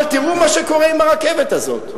אבל תראו מה שקורה עם הרכבת הזאת?